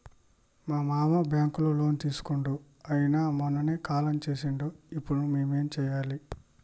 మా మామ బ్యాంక్ లో లోన్ తీసుకున్నడు అయిన మొన్ననే కాలం చేసిండు ఇప్పుడు మేం ఏం చేయాలి?